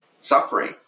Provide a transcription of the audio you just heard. suffering